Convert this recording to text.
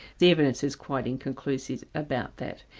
the evidence is quite inconclusive about that.